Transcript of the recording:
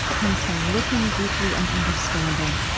comes from looking deeply and understanding.